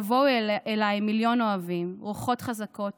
// יבואו אליי מיליון אוהבים / רוחות חזקות